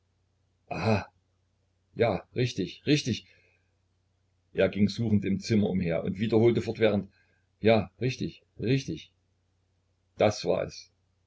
ja richtig richtig er ging suchend im zimmer umher und wiederholte fortwährend ja richtig richtig das war es